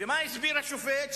ומה הסביר השופט?